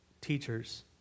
teachers